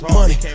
Money